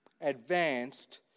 advanced